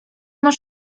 masz